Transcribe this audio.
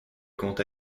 comte